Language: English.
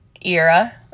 era